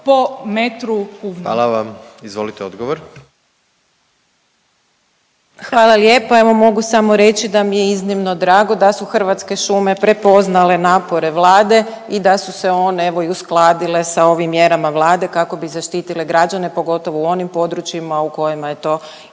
**Rogić Lugarić, Tereza** Hvala lijepa. Evo mogu samo reći da mi je iznimno drago da su Hrvatske šume prepoznale napore Vlade i da su se one evo i uskladile sa ovim mjerama Vlade kako bi zaštitile građane pogotovo u onim područjima u kojima je to iznimno